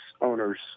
owners